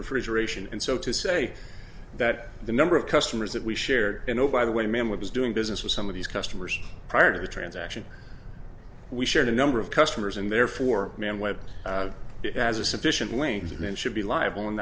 refrigeration and so to say that the number of customers that we shared in oh by the way man was doing business with some of these customers prior to the transaction we shared a number of customers and therefore man web as a sufficient length that men should be liable and